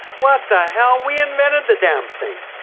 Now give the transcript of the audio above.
what the hell! we invented the damn thing!